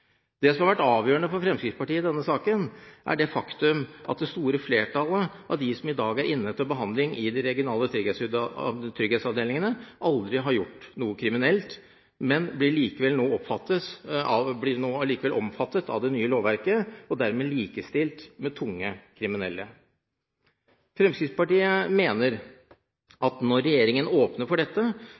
Det som har vært avgjørende for Fremskrittspartiet i denne saken, er det faktum at det store flertallet av dem som i dag er inne til behandling i de regionale trygghetsavdelingene, aldri har gjort noe kriminelt, men blir likevel nå omfattet av det nye lovverket og dermed likestilt med tunge kriminelle. Fremskrittspartiet mener at når regjeringen åpner for dette,